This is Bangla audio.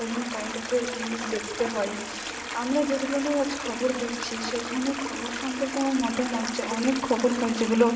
তাই জন্য কারেন্ট অ্যাফেয়ার্স নিউজ দেখতে হয় আমরা যে ধরনের আজ খবর দেখছি সে ধরণের খবর সম্পর্কে আমার মতামত যে অনেক খবর হয় যেগুলো